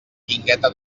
guingueta